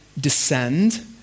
Descend